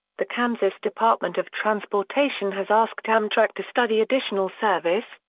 the kansas department of transportation has asked amtrak to study additional service,